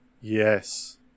Yes